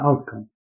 outcome